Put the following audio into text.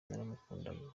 naramukundaga